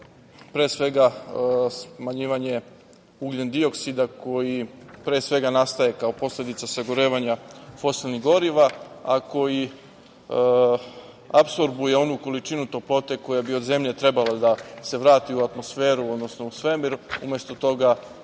pre svega, smanjivanje ugljendioksida, koji pre svega nastaje kao posledica sagorevanja fosilnih goriva, a koji apsorbuje onu količinu toplote koja bi od zemlje trebala da se vrati u atmosferu, odnosno u svemir. Umesto toga,